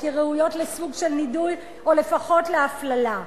כראויות לסוג של נידוי או לפחות להפללה.